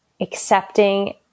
accepting